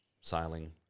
sailing